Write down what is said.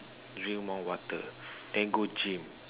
drink more water then go gym